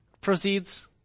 proceeds